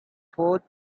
fourth